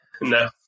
No